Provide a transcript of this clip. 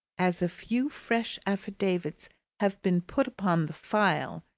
as a few fresh affidavits have been put upon the file,